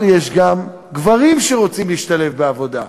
אבל יש גם גברים שרוצים להשתלב בעבודה,